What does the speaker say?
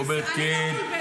ואומרת: כן --- אני לא מבולבלת,